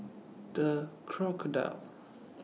The Crocodile